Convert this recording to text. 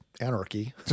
anarchy